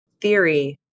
theory